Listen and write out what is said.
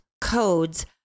codes